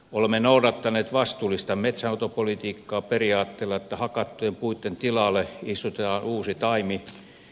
olemme noudattaneet vastuullista metsänhoitopolitiikkaa periaatteella että hakattujen puitten tilalle istutetaan uusi taimi